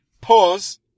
pause